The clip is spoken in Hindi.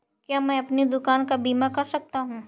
क्या मैं अपनी दुकान का बीमा कर सकता हूँ?